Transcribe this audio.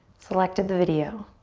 selected the video,